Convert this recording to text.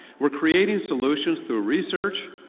we're creating solutions through research,